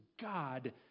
God